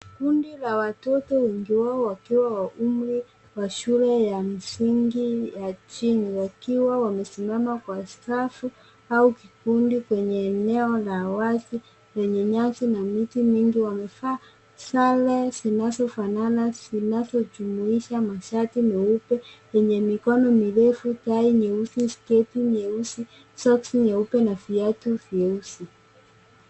Kundi la watoto wengi wao wakiwa wa umri wa shule ya msingi ya chini wakiwa wamesimama kwa stafu au kikundi kwenye eneo la wazi lenye nyasi na miti mingi wamevaa sare zinazofanana zinazojumuisha mashati nyeupe yenye mikono mirefu, tai nyeusi, sketi nyeusi, soksi nyeupe na viatu vyeusi.